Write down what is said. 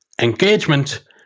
engagement